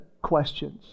questions